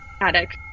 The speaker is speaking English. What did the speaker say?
Attic